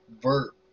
verb